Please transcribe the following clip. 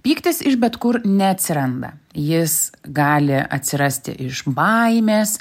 pyktis iš bet kur neatsiranda jis gali atsirasti iš baimės